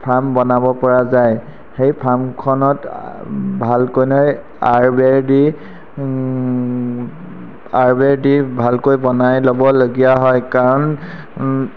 farm বনাবপৰা যায় সেই ফাৰ্মখনত ভালকৈনে আঁৰ বেৰ দি আঁৰ বেৰ দি ভালকৈ বনাই ল'বলগীয়া হয় কাৰণ